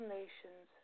nations